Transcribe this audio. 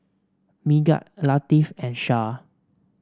Megat Latif and Shah